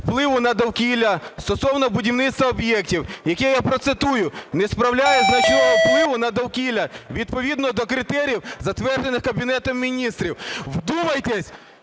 впливу на довкілля стосовно будівництва об'єктів, які, я процитую, "не справляють значного впливу на довкілля відповідно до критеріїв затверджених Кабінетом Міністрів". Вдумайтесь,